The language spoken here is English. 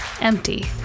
empty